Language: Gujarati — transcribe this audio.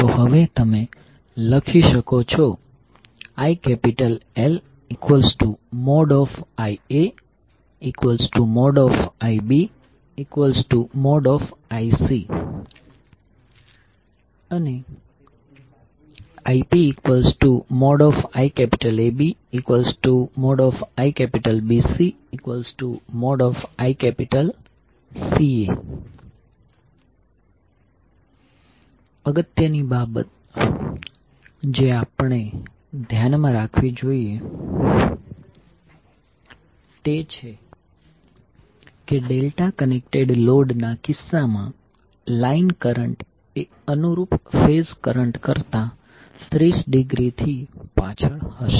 હવે તમે લખી શકો છો ILIaIbIc અને IpIABIBCICA અગત્યની બાબત જે આપણે ધ્યાનમાં રાખવી જોઈએ તે છે કે ડેલ્ટા કનેક્ટેડ લોડના કિસ્સામાં લાઈન કરંટ એ અનુરૂપ ફેઝ કરંટ કરતાં 30 ડિગ્રીથી પાછળ હશે